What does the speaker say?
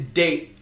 date